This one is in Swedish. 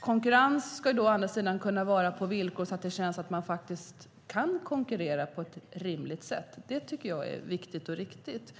Konkurrens ska å andra sidan kunna råda på sådana villkor att det känns att man kan konkurrera på ett rimligt sätt. Det tycker jag är viktigt och riktigt.